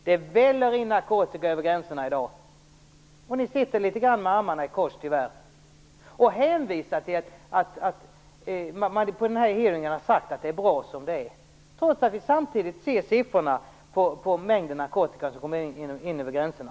Det väller in narkotika över gränserna i dag, och majoriteten sitter med armarna i kors, tyvärr, och hänvisar till att man vid en hearing har sagt att det är bra som det är, trots att vi samtidigt ser siffrorna på mängden narkotika som kommer in över gränserna.